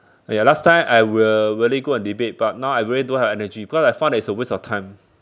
!aiya! last time I will really go and debate but now I really don't have energy because I found that it's a waste of time